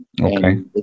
Okay